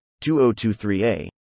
2023A